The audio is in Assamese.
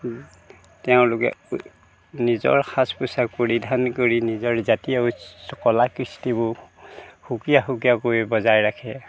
তেওঁলোকে নিজৰ সাজ পোছাক পৰিধান কৰি নিজৰ জাতীয় উৎস্ কলা কৃষ্টিবোৰ সুকীয়া সুকীয়া কৰি বজাই ৰাখে